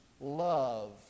love